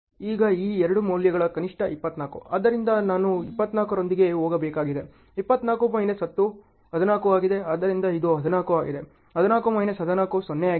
ಈಗ ಈ ಎರಡು ಮೌಲ್ಯಗಳ ಕನಿಷ್ಠ 24 ಆದ್ದರಿಂದ ನಾನು 24 ರೊಂದಿಗೆ ಹೋಗಬೇಕಾಗಿದೆ 24 ಮೈನಸ್ 10 14 ಆಗಿದೆ ಆದ್ದರಿಂದ ಇದು 14 ಆಗಿದೆ 14 ಮೈನಸ್ 14 0 ಆಗಿದೆ